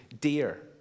dear